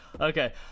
Okay